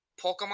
Pokemon